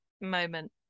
moment